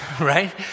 Right